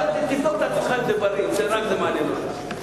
תבדוק את עצמך אם רק זה מעניין אותך.